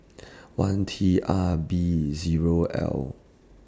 one T R B Zero L